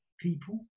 people